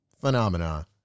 phenomena